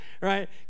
Right